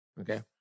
Okay